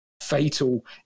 fatal